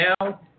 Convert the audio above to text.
now